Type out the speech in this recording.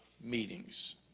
meetings